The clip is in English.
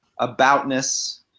aboutness